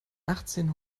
achtzehn